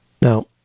Now